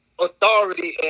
authority